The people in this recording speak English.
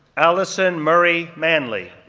allison murray manley,